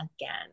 again